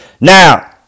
Now